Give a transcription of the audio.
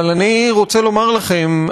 אבל אני רוצה לומר לכם,